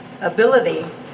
ability